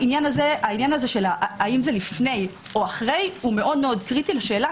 העניין הזה האם זה לפני או אחרי הוא מאוד מאוד קריטי לשאלה